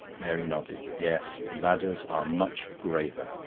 mary nodded. yes, ladders are much graver.